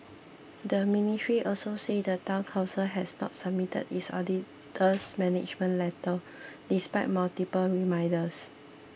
the ministry also said the Town Council has not submitted its auditor's management letter despite multiple reminders